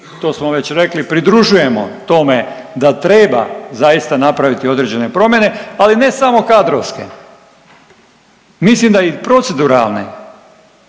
to smo već rekli pridružujemo tome da treba zaista napraviti određene promjene, ali ne samo kadrovske. Mislim da i proceduralne